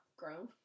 grown